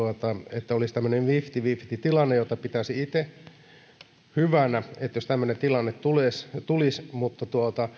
että olisi tämmöinen fifty fifty tilanne jota pitäisin itse hyvänä jos tämmöinen tilanne tulisi mutta